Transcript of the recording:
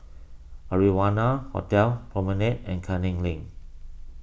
Arianna Hotel Promenade and Canning Lane